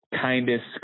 kindest